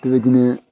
बेबायदिनो